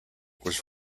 was